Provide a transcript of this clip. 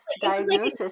diagnosis